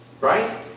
right